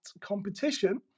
competition